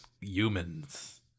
humans